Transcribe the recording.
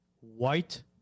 white